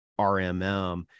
rmm